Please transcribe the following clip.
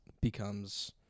becomes